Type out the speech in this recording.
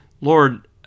Lord